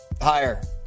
Higher